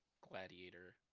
gladiator